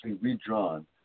redrawn